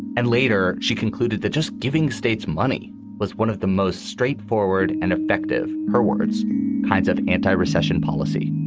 and later, she concluded that just giving states money was one of the most straightforward and effective. her words kinds of anti recession policy.